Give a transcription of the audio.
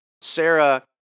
Sarah